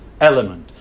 element